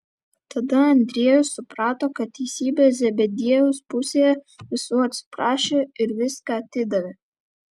tada andriejus suprato kad teisybė zebediejaus pusėje visų atsiprašė ir viską atidavė